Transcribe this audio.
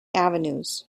avenues